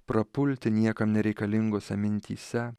prapulti niekam nereikalingose mintyse